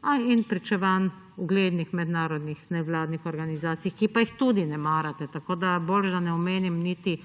–, in pričevanja uglednih mednarodnih nevladnih organizacij, ki pa jih tudi ne marate. Tako boljše, da niti